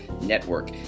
Network